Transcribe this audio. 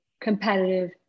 competitive